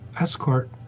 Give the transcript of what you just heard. escort